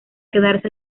quedarse